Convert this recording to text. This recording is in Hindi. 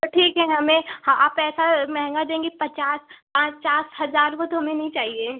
तो ठीक है हमें आप ऐसा महंगा देंगी पचास अचास हज़ार वो तो हमें नहीं चाहिए